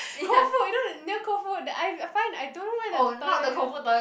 Koufu you know near Koufu that I will find I don't know where the toilet is